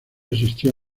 asistió